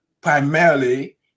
primarily